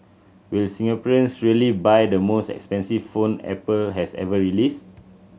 will Singaporeans really buy the most expensive phone Apple has ever released